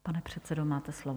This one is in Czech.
Pane předsedo, máte slovo.